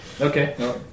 Okay